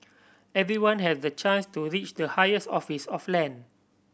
everyone has the chance to reach the highest office of land